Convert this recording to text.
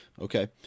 Okay